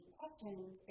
questions